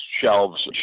shelves